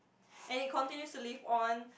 and it continues to live on